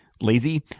lazy